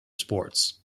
sports